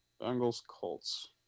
Bengals-Colts